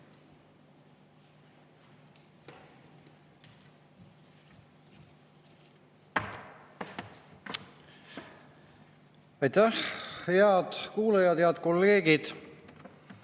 Aitäh! Head kuulajad! Head kolleegid!